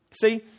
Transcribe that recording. See